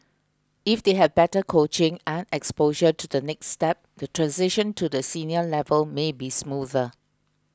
if they have better coaching and exposure to the next step the transition to the senior level may be smoother